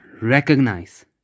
recognize